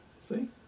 See